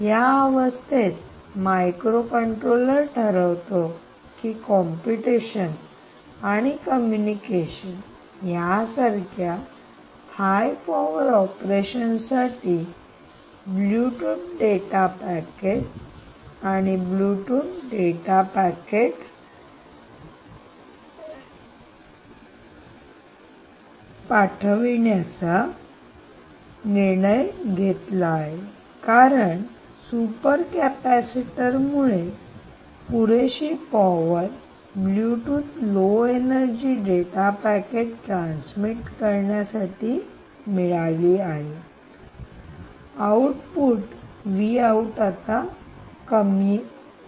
या अवस्थेत मायक्रोकंट्रोलर ठरवितो की कंप्यूटेशन computation संगणन आणि कम्युनिकेशन communication संप्रेषण यासारख्या हाय पॉवर ऑपरेशन साठी ब्लूटूथ डेटा पॅकेट वापरायचे आणि Bluetooth data packet Bluetooth low energy data packet पाठविण्याचा निर्णय घेतला आहे कारण सुपर कॅपेसिटर मुळे पुरेशी power Bluetooth low energy data packet transmit करण्यासाठी मिळाली आहेआउटपुट आता कमी होते